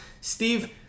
Steve